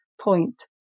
point